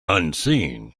unseen